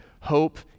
Hope